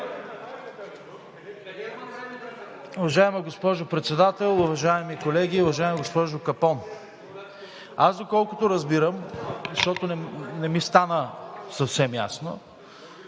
Уважаема госпожо Председател, уважаеми колеги! Уважаема госпожо Капон, доколкото разбирам, защото не ми стана съвсем ясно,